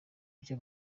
byo